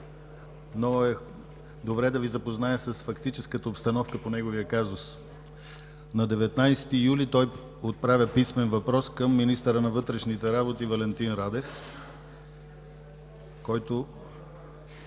но е добре да Ви запозная с фактическата обстановка по неговия казус. На 19 юли той отправя писмен въпрос към министъра на вътрешните работи Валентин Радев, който